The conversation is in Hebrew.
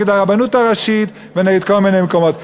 נגד הרבנות הראשית ונגד כל מיני מקומות.